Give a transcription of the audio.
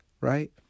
right